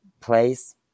place